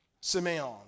Simeon